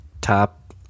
top